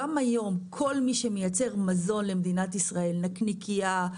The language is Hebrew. גם היום כל מי שמייצר מזון למדינת ישראל נקניקייה,